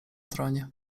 tronie